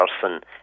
person